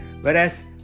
whereas